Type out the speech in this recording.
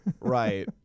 right